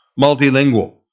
multilingual